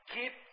Keep